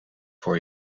voor